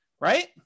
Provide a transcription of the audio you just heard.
right